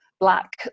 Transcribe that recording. black